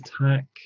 attack